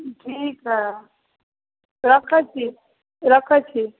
ठीक हइ रखै छी रखै छी